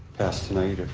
passed tonight,